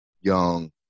young